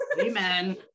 Amen